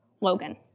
Logan